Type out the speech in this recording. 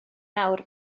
nawr